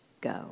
go